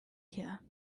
here